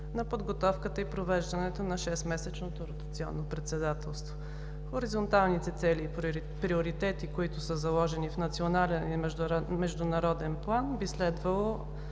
на подготовката и провеждането на шестмесечното ротационно председателство. Хоризонталните цели и приоритети, които са заложени в национален и международен план, би следвало